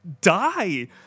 die